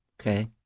Okay